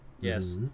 Yes